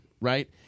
right